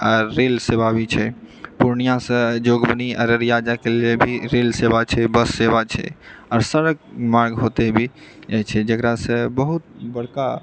आ रेल सेवा भी छै पूर्णियासँ जोगबनी अररिया जाएके लिए भी रेल सेवा छै बस सेवा छै आओर सड़क मार्ग होते हुए जाइत छै जेकरासँ बहुत बड़का